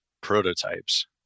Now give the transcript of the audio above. prototypes